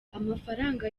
amafaranga